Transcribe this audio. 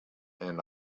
and